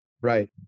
Right